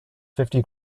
fifty